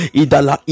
idala